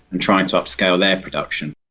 and trying to upscale their production.